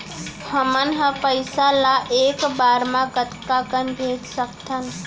हमन ह पइसा ला एक बार मा कतका कन भेज सकथन?